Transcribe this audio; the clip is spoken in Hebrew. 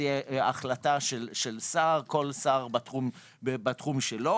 החלטה של שר, כל שר בתחומו.